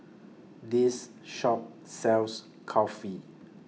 This Shop sells Kulfi